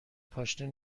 پاشنه